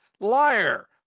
Liar